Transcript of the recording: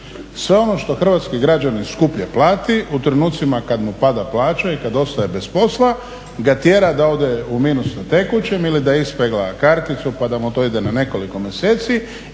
sve ono što hrvatski građanin skuplje plati u trenucima kad mu pada plaća i kad ostaje bez posla ga tjera da ode u minus na tekućem ili da ispegla karticu pa da mu to ide na nekoliko mjeseci